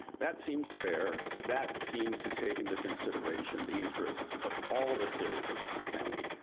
that seems fair. that seems to take into consideration the interests of all the citizens in the county,